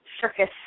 circus